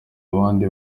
abandi